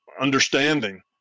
understanding